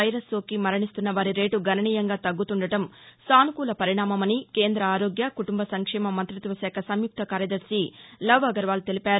virus సోకి మరణిస్తున్న వారి రేటు గణనీయంగా తగ్గుతుండడం సానుకూల పరిణామమని కేంద్ర ఆరోగ్య కుటుంబ సంక్షేమ మంత్రిత్వ శాఖ సంయుక్త కార్యదర్శి లవ్ అగర్వాల్ తెలిపారు